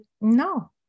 no